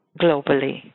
globally